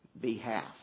behalf